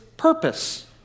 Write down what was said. purpose